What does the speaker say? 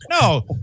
no